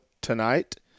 tonight